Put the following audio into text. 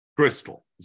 Crystal